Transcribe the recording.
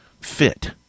fit